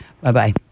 Bye-bye